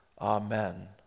amen